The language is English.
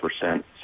percent